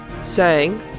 sang